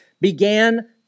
began